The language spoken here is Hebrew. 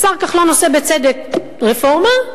השר כחלון עושה, בצדק, רפורמה,